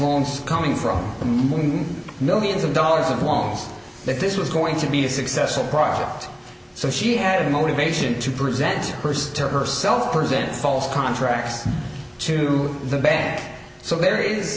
loans coming from millions of dollars in loans that this was going to be a successful project so she had a motivation to present first to herself present false contract to the bag so there is